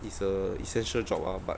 is a essential job ah but